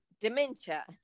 dementia